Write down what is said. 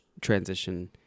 transition